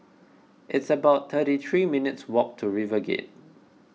it's about thirty three minutes' walk to RiverGate